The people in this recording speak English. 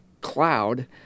cloud